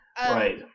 Right